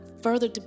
further